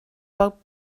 fod